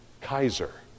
Kaiser